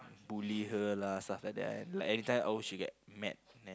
bully her lah stuff like that like anytime all she get mad